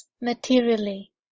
materially